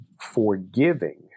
forgiving